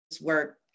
work